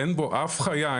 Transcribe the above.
אין בו אף חיים,